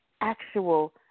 actual